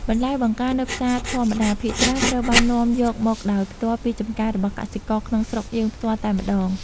បន្លែបង្ការនៅផ្សារធម្មតាភាគច្រើនត្រូវបាននាំយកមកដោយផ្ទាល់ពីចម្ការរបស់កសិករក្នុងស្រុកយើងផ្ទាល់តែម្ដង។